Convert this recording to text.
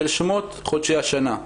שמות חודשי השנה.